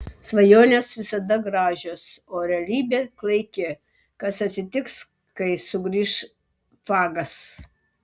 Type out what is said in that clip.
svajonės visada gražios o realybė klaiki kas atsitiks kai sugrįš fagas